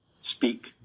speak